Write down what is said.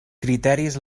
criteris